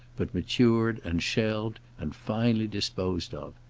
but matured and shelved and finally disposed of.